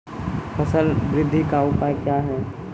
फसल बृद्धि का उपाय क्या हैं?